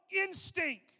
instinct